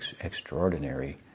extraordinary